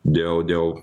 dėl dėl